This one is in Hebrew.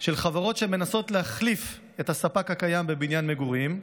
של חברות שמנסות להחליף את הספק הקיים בבניין מגורים,